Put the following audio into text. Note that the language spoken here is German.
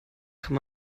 kann